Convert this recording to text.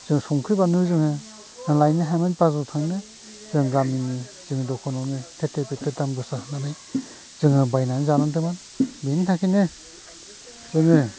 जों संख्रै बानलु जोङो लायनो हायामोन बाजाराव थांनो जों गामिनि जों दखानावनो दाम गोसा होनानै जोङो बायनानै जानांदोंमोन बिनि थाखायनो जोङो